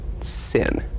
sin